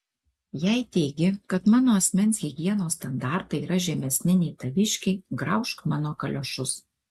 jei teigi kad mano asmens higienos standartai yra žemesni nei taviškiai graužk mano kaliošus